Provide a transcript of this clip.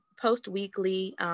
post-weekly